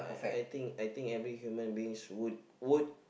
I think everyone human beings would would